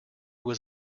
was